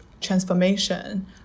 transformation